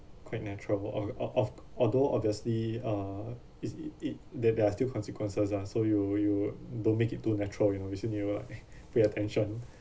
quite natural of of of c~ although obviously uh it's it it that there are still consequences ah so you you don't make it too natural you know you still need to like pay attention